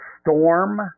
storm